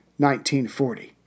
1940